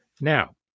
now